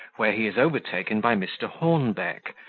where he is overtaken by mr. hornbeck,